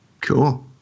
Cool